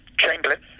Chamberlain